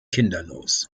kinderlos